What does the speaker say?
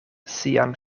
sian